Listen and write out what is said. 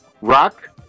Rock